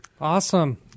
Awesome